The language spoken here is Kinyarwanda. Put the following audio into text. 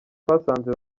twasanze